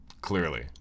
clearly